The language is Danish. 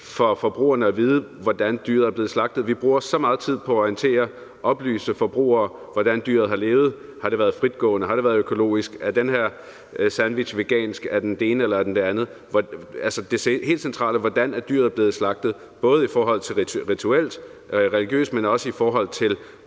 for forbrugerne at vide, hvordan dyret er blevet slagtet. Vi bruger så meget tid på at orientere og oplyse forbrugerne om, hvordan dyret har levet, om det har været fritgående, om det er økologisk, om sandwichen er vegansk, om den er det ene eller det andet, men det helt centrale, nemlig hvordan dyret er blevet slagtet – og det er både i forhold til rituel religiøs slagtning, men